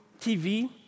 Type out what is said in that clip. TV